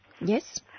Yes